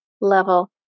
level